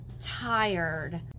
tired